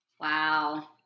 Wow